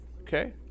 Okay